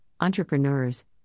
entrepreneurs